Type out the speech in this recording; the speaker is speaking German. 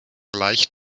leicht